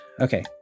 Okay